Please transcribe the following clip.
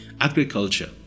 agriculture